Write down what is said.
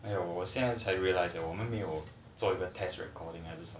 !aiyo! 我现在才 realise your 我们没有 the test recording